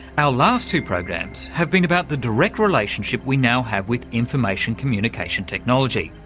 our last two programs have been about the direct relationship we now have with information communication technology,